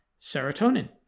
serotonin